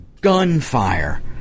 gunfire